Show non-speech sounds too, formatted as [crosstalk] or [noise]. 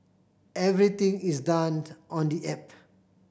everything is done [unintelligible] on the app